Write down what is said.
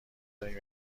داریم